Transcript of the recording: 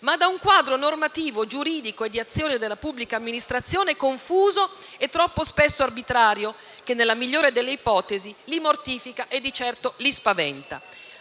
ma da un quadro normativo, giuridico e di azione della pubblica amministrazione confuso e troppo spesso arbitrario che, nella migliore delle ipotesi, li mortifica e di certo li spaventa.